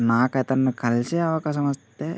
నాకు అతన్ని కలిసే అవకాశం వస్తే